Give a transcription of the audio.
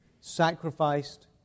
sacrificed